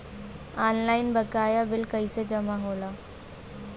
Online बकाया bill कैसे जमा होला?